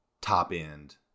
top-end